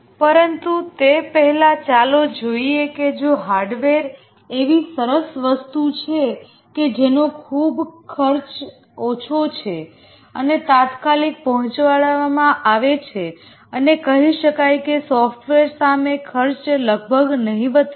પરંતુ તે પહેલાં ચાલો જોઈએ કે જો હાર્ડવેર એવી સરસ વસ્તુ છે કે જેનો ખર્ચખુબ જ ઓછો છે અને તાત્કાલિક પહોંચાડવામાં આવે છે અને કહી શકાય કે સોફ્ટવેર સામે ખર્ચ લગભગ નહિવત્ છે